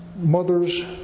Mothers